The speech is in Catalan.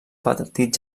petit